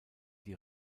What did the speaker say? die